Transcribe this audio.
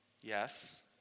Yes